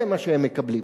זה מה שהם מקבלים.